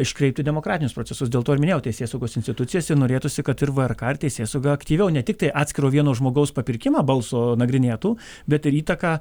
iškreipti demokratinius procesus dėl to ir minėjau teisėsaugos institucijose norėtųsi kad ir vrk ir teisėsauga aktyviau ne tiktai atskiro vieno žmogaus papirkimą balso nagrinėtų bet ir įtaką